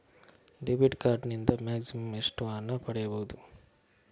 Debit card ನಿಂದ maximum ಎಷ್ಟು ಹಣ ಪಡೆಯಬಹುದು?